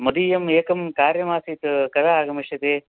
मदीयम् एकं कार्यमासीत् कदा आगमिष्यति